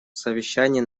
совещании